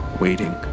waiting